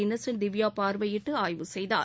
Innocent Divya பார்வையிட்டு ஆய்வு செய்தார்